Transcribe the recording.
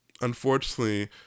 unfortunately